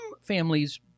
families